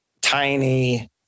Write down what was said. tiny